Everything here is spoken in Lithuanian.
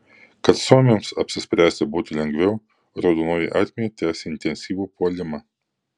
kad suomiams apsispręsti būtų lengviau raudonoji armija tęsė intensyvų puolimą